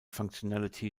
functionality